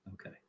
okay